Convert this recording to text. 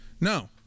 No